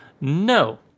No